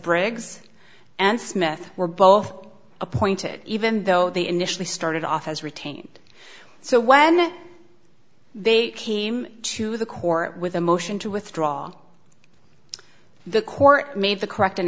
briggs and smith were both appointed even though they initially started off as retained so when they came to the court with a motion to withdraw the court made the correct